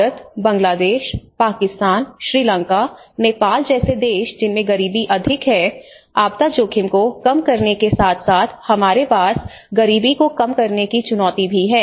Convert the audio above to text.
भारत बांग्लादेश पाकिस्तान श्रीलंका नेपाल जैसे देश जिनमें गरीबी अधिक है आपदा जोखिम को कम करने के साथ साथ हमारे पास गरीबी को कम करने की चुनौती भी है